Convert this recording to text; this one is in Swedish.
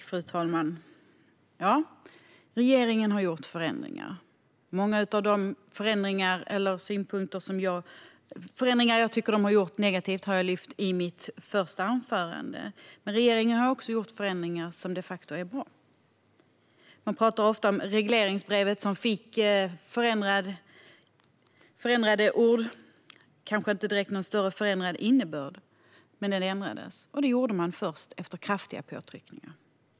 Fru talman! Regeringen har gjort förändringar. Många av de förändringar som den har gjort som är negativa har jag lyft fram i mitt första anförande. Men regeringen har också gjort förändringar som de facto är bra. Man talar ofta om regleringsbrevet som fick förändrad lydelse men kanske inte direkt någon större förändrad innebörd. Men den ändrades. Det gjorde regeringen först efter kraftiga påtryckningar.